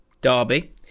Derby